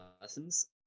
lessons